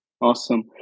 Awesome